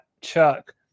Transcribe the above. Chuck